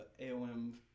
AOM